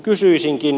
kysyisinkin